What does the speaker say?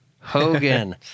Hogan